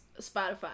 Spotify